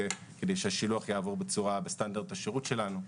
שהשילוח יעבור בסטנדרט השירות שלנו,